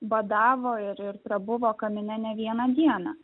badavo ir ir prabuvo kamine ne vieną dieną